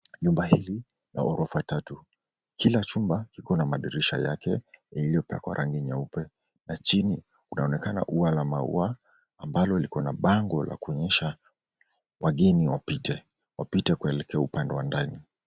Nyumba hili la ghorofa tatu, kila chumba kina madirisha yake yaliyopakwa rangi nyeupe na chini kunaonekana ua la maua ambalo liko na bango la kuonyesha wageni wapite, wapite wakielekea upande wa ndani.